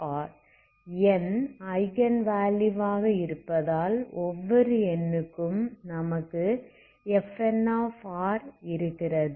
n eigenvalue ஆக இருப்பதால் ஒவ்வொரு n க்கும் நமக்கு Fn இருக்கிறது